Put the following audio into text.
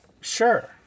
Sure